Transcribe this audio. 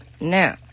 Now